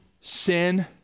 sin